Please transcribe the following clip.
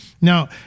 Now